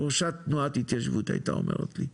ראשת תנועת התיישבות הייתה אומרת לי,